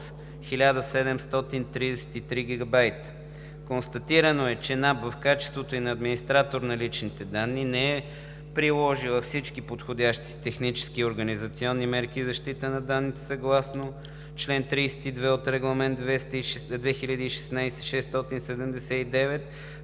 1733 GB. Констатирано е, че НАП в качеството ѝ на администратор на лични данни не е приложила подходящи технически и организационни мерки за защита на данните съгласно чл. 32 от Регламент ЕС 2016/679,